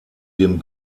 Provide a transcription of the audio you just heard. dem